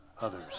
others